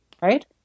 right